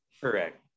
Correct